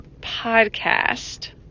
podcast